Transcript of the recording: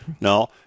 No